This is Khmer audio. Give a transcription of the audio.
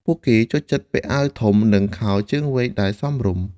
ពួកគេចូលចិត្តពាក់អាវធំនិងខោជើងវែងដែលសមរម្យ។